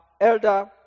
elder